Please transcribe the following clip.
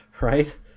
right